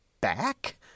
back